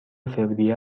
فوریه